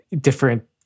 different